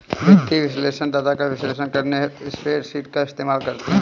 वित्तीय विश्लेषक डाटा का विश्लेषण करने हेतु स्प्रेडशीट का इस्तेमाल करते हैं